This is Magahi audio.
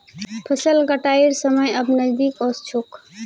फसल कटाइर समय अब नजदीक ओस छोक